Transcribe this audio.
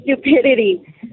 stupidity